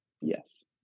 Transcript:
Yes